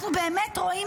אנחנו באמת רואים,